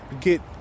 get